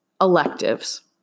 electives